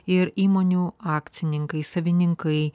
ir įmonių akcininkai savininkai